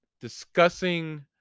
discussing